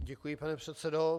Děkuji, pane předsedo.